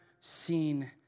seen